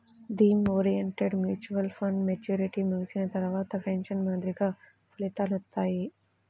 theme oriented mutual ఫండ్లు maturity ముగిసిన తర్వాత పెన్షన్ మాదిరిగా ఫలితాలనిత్తాయి